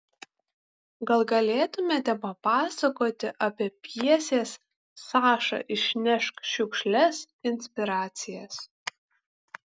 gal galėtumėte papasakoti apie pjesės saša išnešk šiukšles inspiracijas